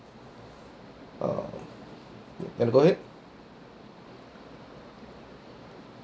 um want to go ahead